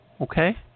Okay